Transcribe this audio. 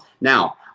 now